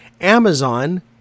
Amazon